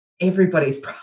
everybody's